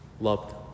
Loved